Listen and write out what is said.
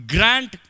Grant